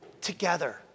together